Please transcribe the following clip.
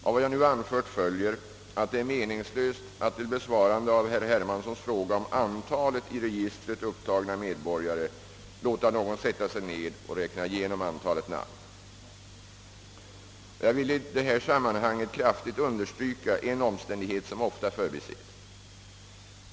Av vad jag nu anfört följer, att det är meningslöst att till besvarande av herr Hermanssons fråga om antalet i registret upptagna medborgare, låta nå gon sätta sig ned och räkna igenom antalet namn. Jag vill i det här sammanhanget kraftigt understryka en omständighet, som ofta förbises.